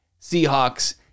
Seahawks